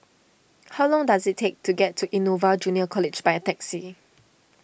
how long does it take to get to Innova Junior College by a taxi